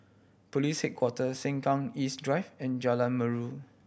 Police Headquarters Sengkang East Drive and Jalan Merdu